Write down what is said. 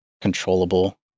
controllable